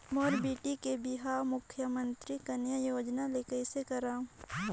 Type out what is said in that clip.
मोर बेटी के बिहाव मुख्यमंतरी कन्यादान योजना ले कइसे करव?